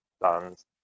plans